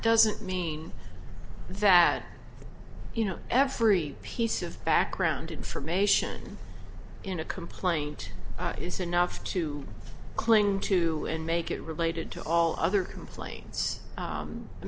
doesn't mean that you know every piece of background information in a complaint is enough to cling to and make it related to all other complain